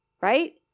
right